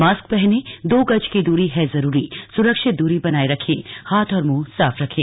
mask पहने दो गज की दूरी है जरूरी सुरक्षित दूरी बनाए रखें हाथ और मुंह साफ रखें